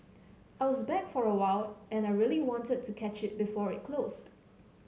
I was back for a while and I really wanted to catch it before it closed